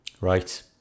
Right